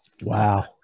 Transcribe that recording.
Wow